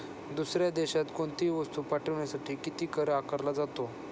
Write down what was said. दुसऱ्या देशात कोणीतही वस्तू पाठविण्यासाठी किती कर आकारला जातो?